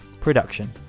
production